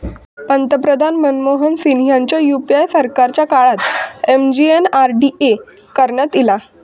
पंतप्रधान मनमोहन सिंग ह्यांच्या यूपीए सरकारच्या काळात एम.जी.एन.आर.डी.ए करण्यात ईला